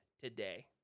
today